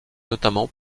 notamment